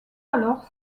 alors